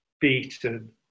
beaten